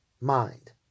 mind